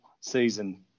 season